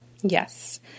Yes